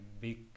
big